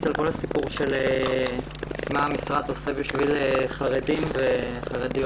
על כל הסיפור של מה המשרד עושה בשביל חרדים וחרדיות.